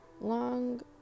long-